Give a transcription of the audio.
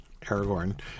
Aragorn